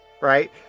right